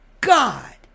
God